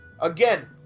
Again